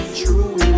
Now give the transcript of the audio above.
true